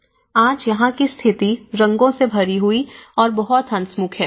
आज यहां की स्थिति रंगों से भरी हुई और बहुत हंसमुख है